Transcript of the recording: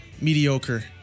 mediocre